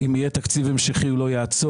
אם יהיה תקציב המשכי, הוא לא יעצור.